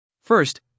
First